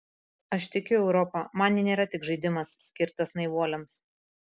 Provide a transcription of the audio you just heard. aš tikiu europa man ji nėra tik žaidimas skirtas naivuoliams